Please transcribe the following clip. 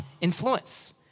influence